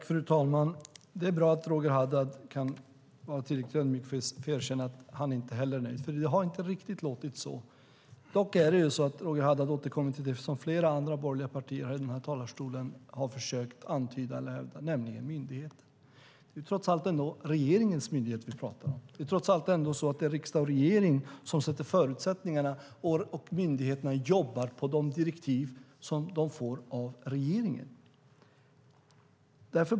Fru talman! Det är bra att Roger Haddad kan vara tillräckligt ödmjuk för att erkänna att inte heller han är nöjd. Det har inte riktigt låtit så. Dock är det så att Roger Haddad återkommer till det som flera andra borgerliga i denna talarstol försökt göra antydningar om, nämligen till myndigheten. Trots allt är det regeringens myndighet vi talar om. Och trots allt är det riksdag och regering som fastställer förutsättningarna. Myndigheterna jobbar efter de direktiv som de får av regeringen.